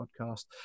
podcast